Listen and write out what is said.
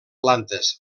plantes